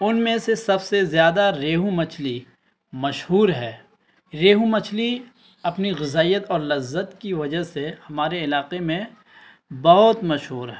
ان میں سے سب سے زیادہ ریہو مچھلی مشہور ہے ریہو مچھلی اپنی غذائیت اور لذت کی وجہ سے ہمارے علاقے میں بہت مشہور ہے